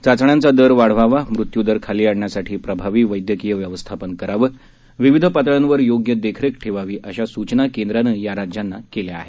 चाचण्यांचा दर वाढवावा मृत्यूदर खाली आणण्यासाठी प्रभावी वैद्यकीय व्यवस्थापन करावं विविध पातळयांवर योग्य देखरेख ठेवावी अशा सुचना केंद्रानं या राज्यांना केल्या आहेत